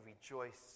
rejoice